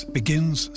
begins